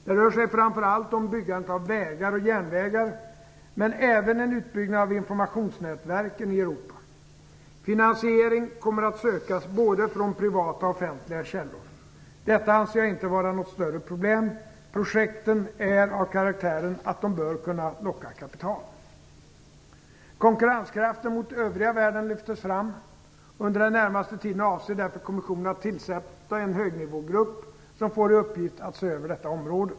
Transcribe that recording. Det rör sig framför allt om byggandet av vägar och järnvägar, men även en utbyggnad av informationsnätverken i Europa. Finansiering kommer att sökas från både privata och offentliga källor. Detta anser jag inte vara något större problem. Projekten är av karaktären att de bör kunna locka kapital. Konkurrenskraften mot övriga världen lyftes fram. Under den närmaste tiden avser därför kommissionen att tillsätta en högnivågrupp som får i uppgift att se över detta område.